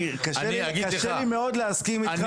כבוד היו"ר, קשה לי מאוד להסכים איתך.